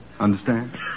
Understand